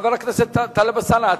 חבר כנסת טלב אלסאנע,